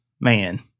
man